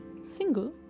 single